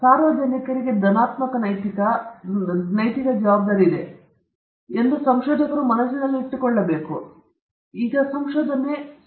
ಆದ್ದರಿಂದ ಸಾರ್ವಜನಿಕರಿಗೆ ಧನಾತ್ಮಕ ನೈತಿಕ ನೈತಿಕ ಜವಾಬ್ದಾರಿ ಇದೆ ಎಂದು ಸಂಶೋಧಕರು ಮನಸ್ಸಿನಲ್ಲಿಟ್ಟುಕೊಳ್ಳಬೇಕು ಅವರ ಕಾರ್ಯವು ಸಾರ್ವಜನಿಕರಿಗೆ ಮಹತ್ತರವಾದ ರೀತಿಯಲ್ಲಿ ಪ್ರಯೋಜನವಾಗಬೇಕೆಂದು